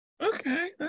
okay